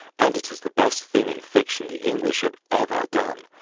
and it is the best thing in fiction the english have ever done.